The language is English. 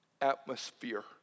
atmosphere